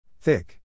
Thick